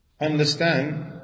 Understand